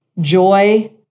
joy